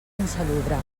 insalubre